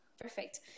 perfect